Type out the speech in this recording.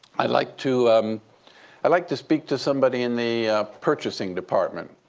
i'd like to um i'd like to speak to somebody in the purchasing department.